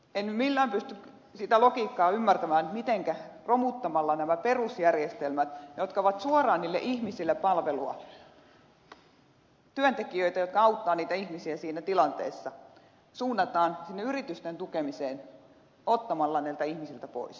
en millään pysty sitä logiikkaa ymmärtämään mitenkä romuttamalla nämä perusjärjestelmät jotka ovat suoraan niille ihmisille palvelua työntekijöitä jotka auttavat ihmisiä siinä tilanteessa suunnataan sinne yritysten tukemiseen ottamalla näiltä ihmisiltä pois